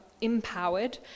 empowered